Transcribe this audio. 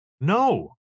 No